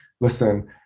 listen